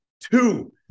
two